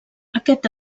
aquest